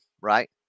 right